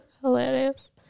Hilarious